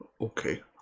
okay